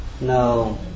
No